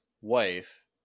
wife